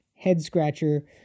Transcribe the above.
head-scratcher